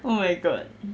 oh my god